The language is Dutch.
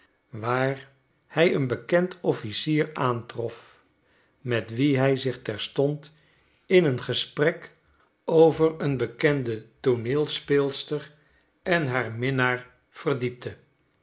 waar hij een bekend officier aantrof met wien hij zich terstond in een gesprek over een bekende tooneelspeelster en haar minnaar verdiepte